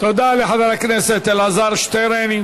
תודה לחבר הכנסת אלעזר שטרן.